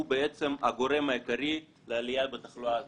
בעצם הגורם העיקרי לעלייה בתחלואה הזאת.